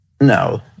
No